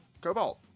cobalt